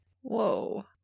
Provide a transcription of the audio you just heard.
Whoa